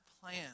plan